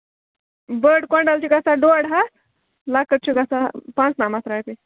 بٔڈۍ کۄنٛڈَل چھِ گژھان ڈۅڈ ہَتھ لۄکٕٹۍ چھِ گژھان پانژنَمَتھ رۄپیہِ